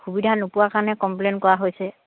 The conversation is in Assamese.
সুবিধা নোপোৱা কাৰণে কমপ্লেইন কৰা হৈছে